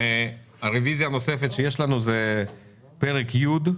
הרביזיה הנוספת שיש לנו היא פרק ט',